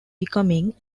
becoming